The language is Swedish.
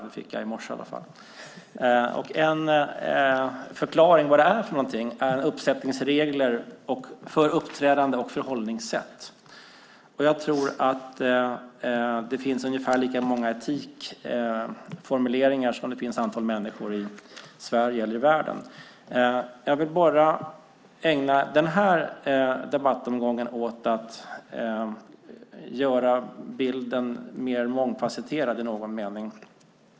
Det fick jag i alla fall i morse. En förklaring av etik är: en uppsättning regler för uppträdande och förhållningssätt. Jag tror att det finns ungefär lika många formuleringar av vad etik är som antalet människor i världen. Jag vill ägna den här debattomgången åt att göra bilden mer mångfacetterad i någon mening.